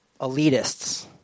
elitists